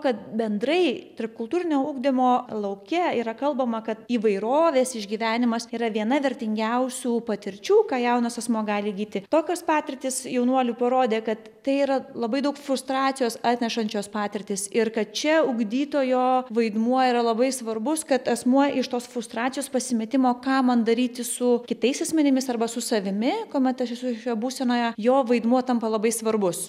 kad bendrai tarpkultūrinio ugdymo lauke yra kalbama kad įvairovės išgyvenimas yra viena vertingiausių patirčių ką jaunas asmuo gali įgyti tokios patirtys jaunuolių parodė kad tai yra labai daug frustracijos atnešančios patirtis ir kad čia ugdytojo vaidmuo yra labai svarbus kad asmuo iš tos frustracijos pasimetimo ką man daryti su kitais asmenimis arba su savimi kuomet aš esu šioje būsenoje jo vaidmuo tampa labai svarbus